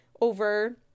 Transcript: over